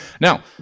Now